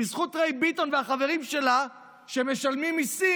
בזכות ריי ביטון והחברים שלה שמשלמים מיסים,